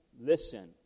listen